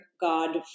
God